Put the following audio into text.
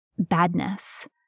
Badness